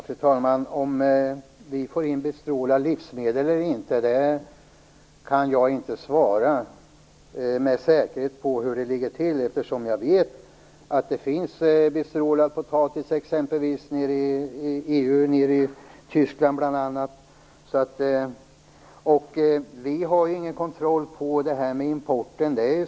Fru talman! Jag kan inte med säkerhet svara på frågan om vi får in bestrålade livsmedel eller inte, eftersom jag vet att det finns bestrålad potatis i t.ex. Tyskland. Vi har ju ingen kontroll av importen.